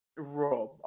Rob